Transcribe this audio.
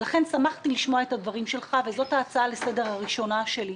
לכן שמחתי לשמוע את הדברים שלך וזאת ההצעה לסדר הראשונה שלי.